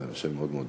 זה שם מאוד מאוד,